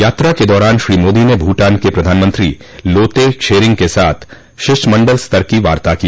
यात्रा के दौरान श्री मोदी ने भूटान के प्रधानमंत्री लोते त्शेरिंग के साथ शिष्टमंडल स्तर की वार्ता की